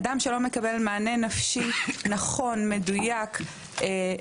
לגבי אדם שלא מקבל מענה נפשי נכון ומדויק אחרי